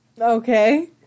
Okay